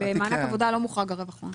במענק עבודה לא מוחרג רווח הון.